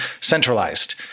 centralized